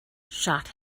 shot